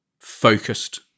focused